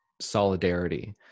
solidarity